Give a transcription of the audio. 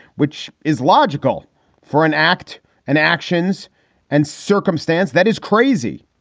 which is logical for an act and actions and circumstance. that is crazy.